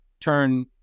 turn